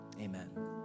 Amen